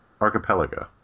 Archipelago